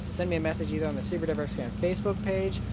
send me a message either on the subaruwrxfan facebook page,